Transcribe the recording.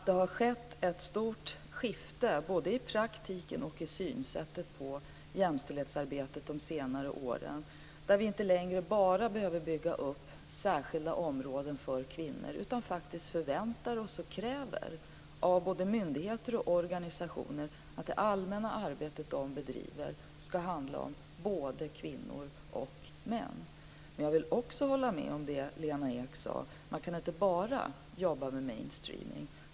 Det har skett ett stort skifte både i praktiken och i synsättet på jämställdhetsarbetet de senare åren, där vi inte längre bara behöver bygga upp särskilda områden för kvinnor utan faktiskt förväntar oss och kräver av både myndigheter och organisationer att det allmänna arbete de bedriver ska handla om både kvinnor och män. Jag vill också hålla med om det Lena Ek sade, att man inte kan jobba bara med mainstreaming.